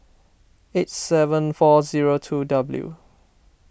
eight seven four zero two W